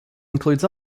includes